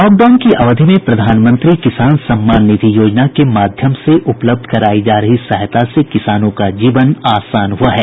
lockdown की अवधि में प्रधानमंत्री किसान सम्मान निधि योजना के माध्यम से उपलब्ध करायी जा रही सहायता से किसानों का जीवन आसान हुआ है